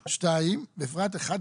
רק 50%. תיקון תוספת הראשונה בפרט (11)